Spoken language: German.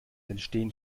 entstehen